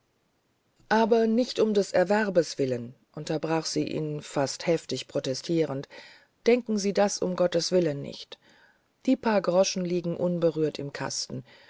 aber nicht um des erwerbes willen unterbrach sie ihn fast heftig protestierend denken sie das um gotteswillen nicht die paar groschen liegen unberührt im kasten